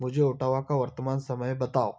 मुझे ओटावा का वर्तमान समय बताओ